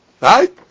Right